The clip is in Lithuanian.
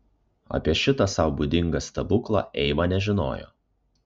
apie šitą sau būdingą stebuklą eiva nežinojo